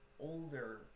older